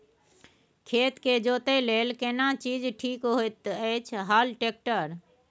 खेत के जोतय लेल केना चीज ठीक होयत अछि, हल, ट्रैक्टर?